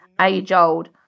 age-old